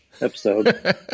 episode